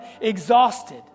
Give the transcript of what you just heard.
exhausted